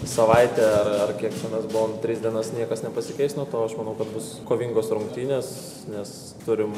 savaitę ar ar kiek mes buvom tris dienas niekas nepasikeis nuo to aš manau kad bus kovingos rungtynės nes turim